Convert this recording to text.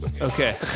Okay